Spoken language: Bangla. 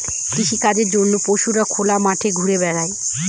কৃষিকাজের জন্য পশুরা খোলা মাঠে ঘুরা বেড়ায়